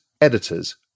editors